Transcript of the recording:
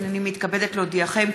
הינני מתכבדת להודיעכם,